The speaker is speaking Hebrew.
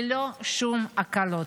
ללא שום הקלות.